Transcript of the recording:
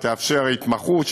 שתאפשר התמחות,